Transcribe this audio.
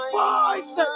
voice